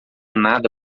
nada